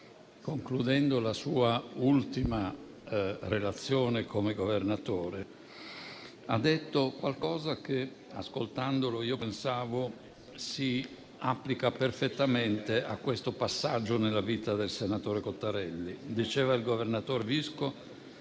concludendo la sua ultima relazione come Governatore della Banca d'Italia, ha detto qualcosa che, ascoltandolo, pensavo si applichi perfettamente a questo passaggio nella vita del senatore Cottarelli. Diceva il governatore Visco